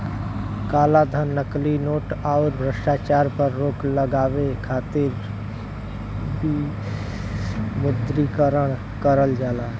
कालाधन, नकली नोट, आउर भ्रष्टाचार पर रोक लगावे खातिर विमुद्रीकरण करल जाला